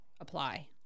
apply